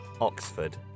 Oxford